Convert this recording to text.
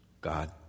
God